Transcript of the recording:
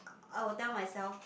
I will tell myself